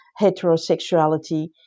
heterosexuality